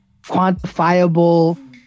quantifiable